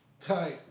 Tight